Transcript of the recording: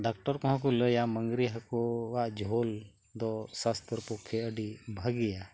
doctor ᱠᱚᱦᱚᱸ ᱠᱚ ᱞᱟᱹᱭᱟ ᱢᱟᱝᱨᱤ ᱦᱟᱹᱠᱩ ᱟᱜ ᱡᱷᱳᱞ ᱫᱚ ᱥᱟᱥᱛᱷᱚ ᱯᱚᱠᱷᱮ ᱟᱹᱰᱤ ᱵᱷᱟᱹᱜᱤᱭᱟ